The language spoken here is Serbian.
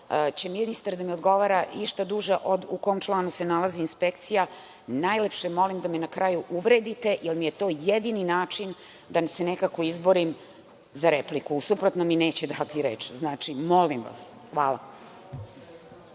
će ministar da mi odgovara išta duže od u kom članu se nalazi inspekcija, najlepše molim da me na kraju uvredite, jer mi je to jedini način da se nekako izborim za repliku, u suprotnom mi neće dati reč. Molim vas. Hvala.